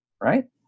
right